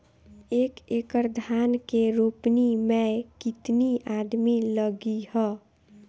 एक एकड़ धान के रोपनी मै कितनी आदमी लगीह?